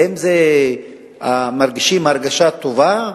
האם מרגישים הרגשה טובה?